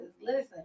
Listen